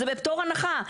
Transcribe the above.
זה בפטור הנחה.